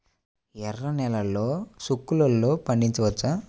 ఎర్ర నెలలో చిక్కుల్లో పండించవచ్చా?